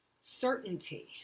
certainty